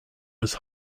was